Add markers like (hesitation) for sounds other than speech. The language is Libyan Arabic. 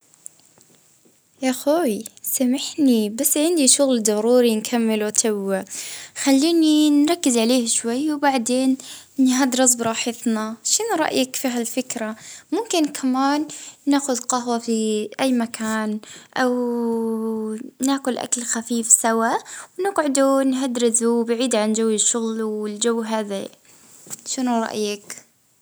أسمعني يا خوي نبي نخدم على روحي توا، (hesitation) لما نكمل (hesitation) بسرعة نضل نحكوا (hesitation) سامحني شوية، (hesitation) راني نركز على حاجة مهمة توا.